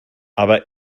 aber